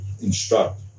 instruct